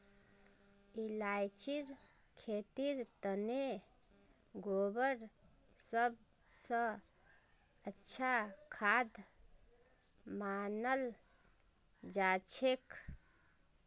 इलायचीर खेतीर तने गोबर सब स अच्छा खाद मनाल जाछेक